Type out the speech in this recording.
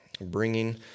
bringing